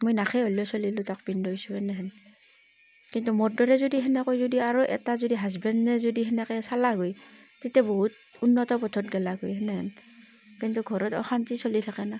মই নাখায় হ'লেও ছোৱালী দুটাক পিন্ধাইছো এনেহেন কিন্তু মোৰ দৰে যদি সেনেকৈ যদি আৰু এটা যদি হাজবেণ্ডে যদি সেনেকৈ চালাক হয় তেতিয়া বহুত উন্নত পথত গেলাক হয় সেনেহেন কিন্তু ঘৰত অশান্তি চলি থাকে না